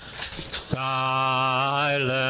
Silence